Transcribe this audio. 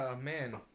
Man